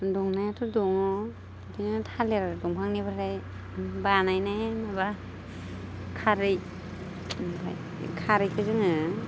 दंनायाथ' दङ बिदिनो थालिर दंफांनिफ्राय बानायनाय माबा खारै ओमफ्राय खारैखौ जोङो